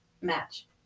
match